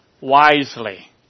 Wisely